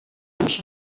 das